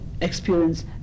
experience